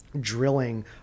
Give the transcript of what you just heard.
drilling